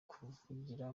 kuvugira